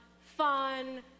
fun